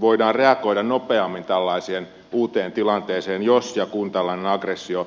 voidaan reagoida nopeammin tällaiseen uuteen tilanteeseen jos ja kun tällainen aggressio syntyy